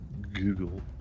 Google